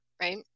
right